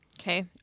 Okay